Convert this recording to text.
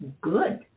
good